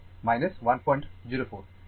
সুতরাং এটি 104 হবে